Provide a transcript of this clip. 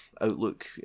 outlook